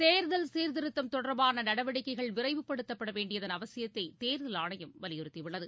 தேர்தல் சீர்திருத்தம் தொடர்பான நடவடிக்கைகள் விரைவுப்படுத்த வேண்டியதன் அவசியத்தை தேர்தல் ஆணையம் வலியுறுத்தி உள்ளது